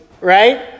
right